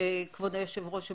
כבוד היושב ראש,